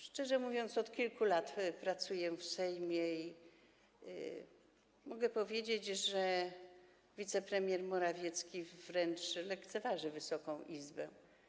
Szczerze mówiąc, od kilku lat pracuję w Sejmie i mogę powiedzieć, że wicepremier Morawiecki wręcz lekceważy Wysoką Izbę.